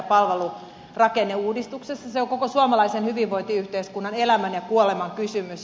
se on koko suomalaisen hyvinvointiyhteiskunnan elämän ja kuoleman kysymys